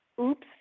oops